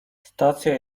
stacja